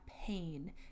pain